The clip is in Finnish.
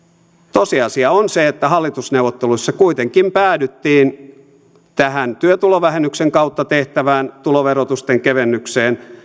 tosiasia on se että hallitusneuvotteluissa kuitenkin päädyttiin tähän työtulovähennyksen kautta tehtävään tuloverotusten kevennykseen